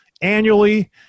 annually